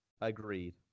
agreed